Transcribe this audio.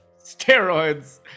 steroids